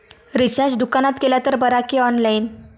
Recharge दुकानात केला तर बरा की ऑनलाइन?